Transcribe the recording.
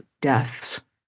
deaths